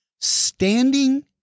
standing